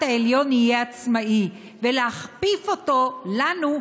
העליון יהיה עצמאי ולהכפיף אותו לנו,